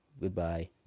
Goodbye